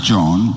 John